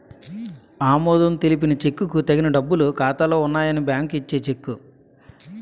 ఆమోదం తెలిపిన చెక్కుకు తగిన డబ్బులు ఖాతాలో ఉన్నాయని బ్యాంకు ఇచ్చే చెక్కు